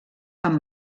amb